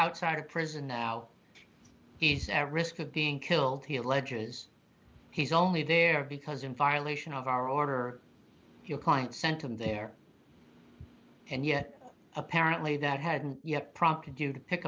outside of prison now he's a risk of being killed he alleges he's only there because in violation of our order your client sent him there and yet apparently that hadn't yet prompted you to pick